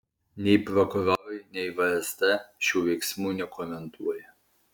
nei prokurorai nei vsd šių veiksmų nekomentuoja